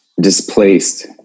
Displaced